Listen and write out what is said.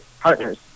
partners